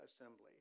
assembly